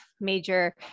major